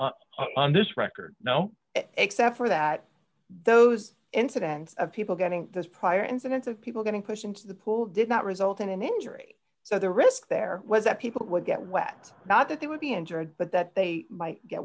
least on this record no except for that those incidents of people getting this prior incidents of people getting pushed into the pool did not result in an injury so the risk there was that people would get wet not that they would be injured but that they might